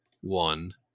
one